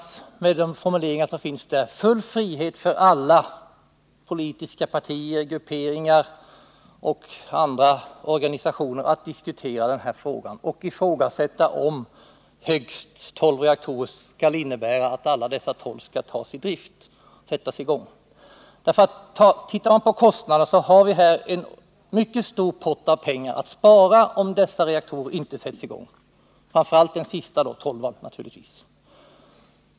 Med tanke på dessa formuleringar måste det finnas full frihet för alla politiska partier, grupperingar och andra organisationer att diskutera den här frågan och ifrågasätta om högst tolv reaktorer skall innebära att alla dessa tolv skall sättas i gång. Tittar man på kostnaden ser man att vi har en mycket stor summa pengar att spara om dessa reaktorer inte sätts i gång, och naturligtvis framför allt den sista, tolvan.